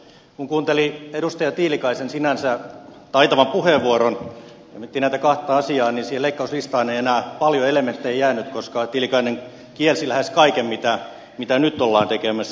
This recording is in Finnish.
kun kuunteli edustaja tiilikaisen sinänsä taitavan puheenvuoron ja kun miettii näitä kahta asiaa niin siihen leikkauslistaan ei enää paljon elementtejä jäänyt koska tiilikainen kielsi lähes kaiken mitä nyt ollaan tekemässä